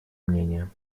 мнения